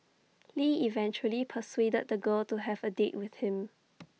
lee eventually persuaded the girl to have A date with him